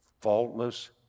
faultless